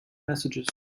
messages